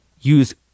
Use